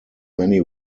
many